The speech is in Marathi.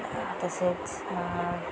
तसेच